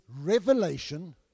revelation